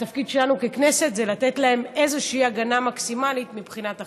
התפקיד שלנו בכנסת זה לתת להם הגנה מקסימלית מבחינת החוק.